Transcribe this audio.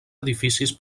edificis